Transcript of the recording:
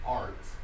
art